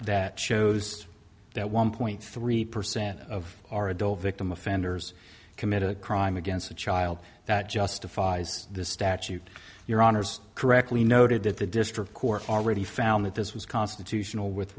that shows that one point three percent of our adult victim offenders commit a crime against a child that justifies this statute your honour's correctly noted that the district court already found that this was constitutional with